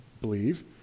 believe